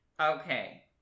okay